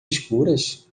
escuras